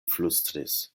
flustris